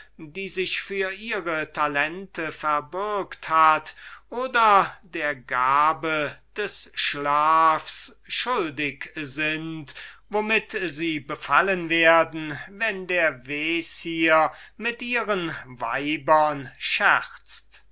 die sich für ihre talente verbürgt hat oder der gabe des schlafs schuldig sind womit sie befallen werden wenn der vezier mit ihren weibern scherzt